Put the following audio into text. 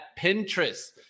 Pinterest